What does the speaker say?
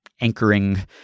anchoring